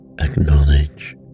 acknowledge